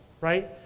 right